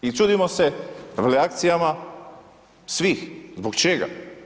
I čudom se reakcijama svih, zbog čega?